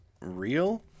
real